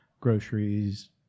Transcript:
groceries